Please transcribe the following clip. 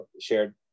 shared